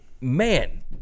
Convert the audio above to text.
man